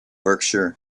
berkshire